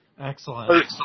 Excellent